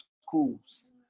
schools